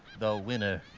the winner.